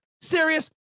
serious